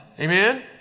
Amen